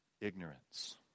ignorance